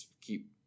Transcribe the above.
keep